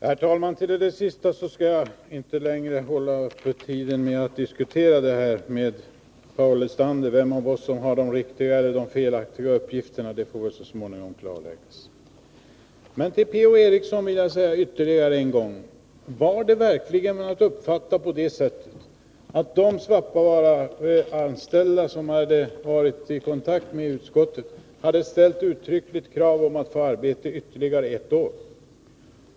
Herr talman! Jag skall inte längre ta upp tiden med att diskutera med Paul Lestander vem av oss som har riktiga eller felaktiga uppgifter. Det får väl så småningom klarläggas. Men jag vill vända mig till Per-Ola Eriksson ytterligare en gång. Var det verkligen på det sättet att de Svappavaaraanställda som hade varit i kontakt med utskottet hade ställt uttryckliga krav på att få arbete ytterligare ett år?